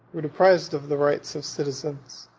were deprived of the rights of citizens,